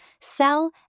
sell